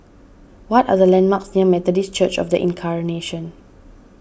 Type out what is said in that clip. what are the landmarks near Methodist Church of the Incarnation